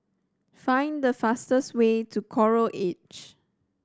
find the fastest way to Coral Edge